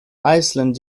iceland